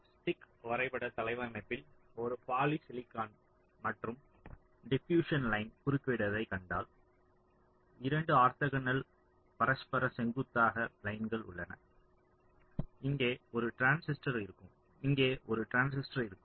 stick வரைபட தளவமைப்பில் ஒரு பாலிசிலிக்கான் மற்றும் டிபியுஸ்சன் லைன் குறுக்கிடுவதைக் கண்டால் 2 ஆர்த்தோகனல் பரஸ்பர செங்குத்தாக லைன்கள் உள்ளன இங்கே ஒரு டிரான்சிஸ்டர் இருக்கும் இங்கே ஒரு டிரான்சிஸ்டர் இருக்கும்